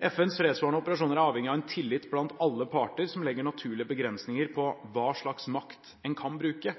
FNs fredsbevarende operasjoner er avhengig av en tillit blant alle parter som legger naturlige begrensinger på hva slags makt en kan bruke.